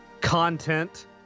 content